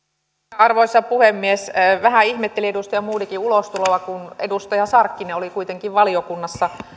arvoisa puhemies vähän ihmettelin edustaja modigin ulostuloa kun edustaja sarkkinen oli kuitenkin valiokunnassa